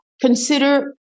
consider